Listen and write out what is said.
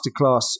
masterclass